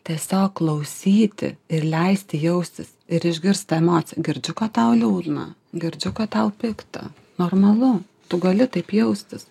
tiesiog klausyti ir leisti jaustis ir išgirst tą emociją girdžiu kad tau liūdna girdžiu kad tau pikta normalu tu gali taip jaustis